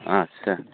आदसा